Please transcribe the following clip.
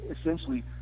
essentially